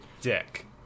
dick